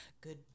good